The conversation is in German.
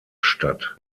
statt